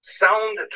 sound